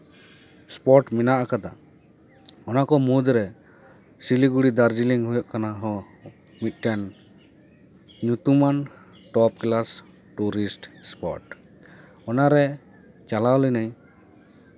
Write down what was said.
spot ᱢᱮᱱᱟᱜ ᱠᱟᱫᱟ ᱚᱱᱟ ᱠᱚ ᱢᱩᱫᱽᱨᱮ ᱥᱤᱞᱤᱜᱩᱲᱤ ᱫᱟᱨᱡᱤᱞᱤᱝ ᱦᱩᱭᱩᱜ ᱠᱟᱱᱟ ᱦᱚᱸ ᱢᱤᱫᱴᱟᱱ ᱧᱩᱛᱩᱢᱟᱱ ᱴᱚᱯ ᱠᱞᱟᱥ ᱴᱩᱨᱤᱥᱴ ᱮᱥᱯᱚᱴ ᱚᱱᱟᱨᱮ ᱪᱟᱞᱟᱣ ᱞᱤᱱᱟᱹᱧ